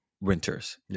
renters